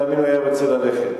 תאמיני לי, הוא היה רוצה ללכת.